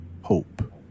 Hope